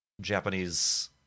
Japanese